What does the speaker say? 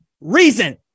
reason